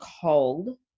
called